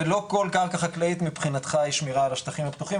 ולא כל קרקע חקלאית מבחינתך היא שמירה על השטחים הפתוחים,